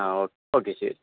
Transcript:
ആ ഓ ഓക്കേ ശരി